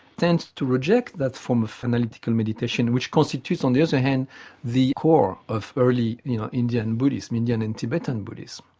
tends to reject that form of fanatical meditation which constitutes on the other hand the core of early, you know, indian buddhism, indian and tibetan buddhism.